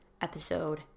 episode